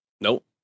Nope